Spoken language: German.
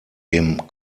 dem